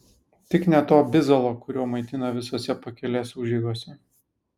tik ne to bizalo kuriuo maitina visose pakelės užeigose